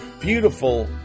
beautiful